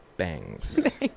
Bangs